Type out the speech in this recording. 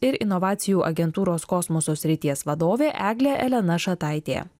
ir inovacijų agentūros kosmoso srities vadovė eglė elena šataitė